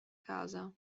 casa